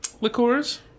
liqueurs